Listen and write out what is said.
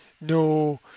no